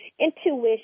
intuition